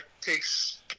takes